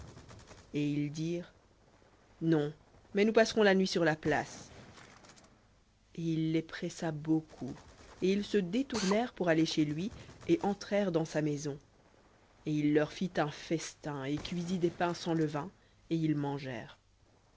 et ils dirent non mais nous passerons la nuit sur la place et il les pressa beaucoup et ils se détournèrent chez lui et entrèrent dans sa maison et il leur fit un festin et cuisit des pains sans levain et ils mangèrent